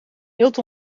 eelt